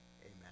amen